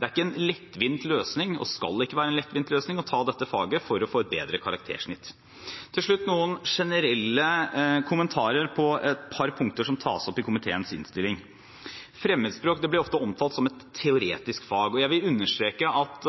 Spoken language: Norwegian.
Det er ikke en lettvinn løsning – og skal ikke være en lettvinn løsning – å ta dette faget for å få et bedre karaktersnitt. Til slutt noen generelle kommentarer på et par punkter som tas opp i komiteens innstilling: Fremmedspråk blir ofte omtalt som et teoretisk fag, og jeg vil understreke at